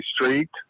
Street